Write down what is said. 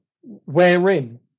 wherein